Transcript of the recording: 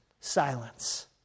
silence